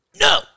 no